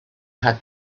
had